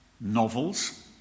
novels